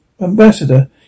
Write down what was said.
ambassador